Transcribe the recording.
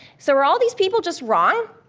so are all of these people just wrong?